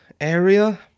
area